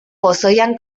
pozoian